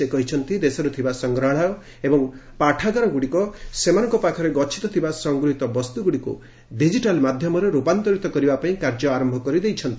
ସେ କହିଛନ୍ତି ଦେଶରେ ଥିବା ସଂଗ୍ରହାଳୟ ଏବଂ ପାଠାଗାରଗୁଡ଼ିକ ସେମାନଙ୍କ ପାଖରେ ଗଚ୍ଛିତ ଥିବା ସଂଗୃହିତ ବସ୍ତୁଗୁଡ଼ିକୁ ଡିକିଟାଲ୍ ମାଧ୍ୟମରେ ରୂପାନ୍ତରିତ କରିବାପାଇଁ କାର୍ଯ୍ୟ ଆରମ୍ଭ କରିଦେଇଛନ୍ତି